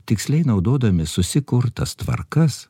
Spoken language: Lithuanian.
tiksliai naudodami susikurtas tvarkas